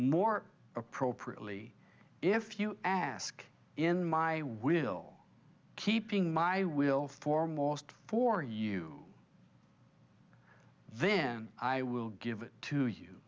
more appropriately if you ask in my will keeping my will foremost for you then i will give it to you